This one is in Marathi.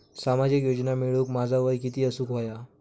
सामाजिक योजना मिळवूक माझा वय किती असूक व्हया?